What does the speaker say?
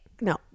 no